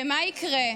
ומה יקרה?